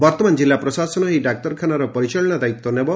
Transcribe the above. ବର୍ଉମାନ କିଲ୍ଲୁ ପ୍ରଶାସନ ଏହି ଡାକ୍ତରଖାନାର ପରିଚାଳନା ଦାୟିତ୍ୱ ନେବ